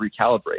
recalibrate